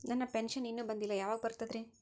ನನ್ನ ಪೆನ್ಶನ್ ಇನ್ನೂ ಬಂದಿಲ್ಲ ಯಾವಾಗ ಬರ್ತದ್ರಿ?